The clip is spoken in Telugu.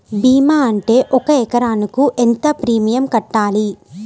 భీమా ఉంటే ఒక ఎకరాకు ఎంత ప్రీమియం కట్టాలి?